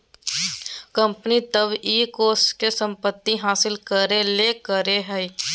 company तब इ कोष के संपत्ति हासिल करे ले करो हइ